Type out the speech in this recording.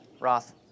Roth